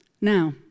Now